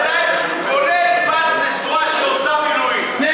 כולל בת נשואה שעושה מילואים ברמאללה.